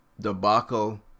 debacle